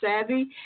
savvy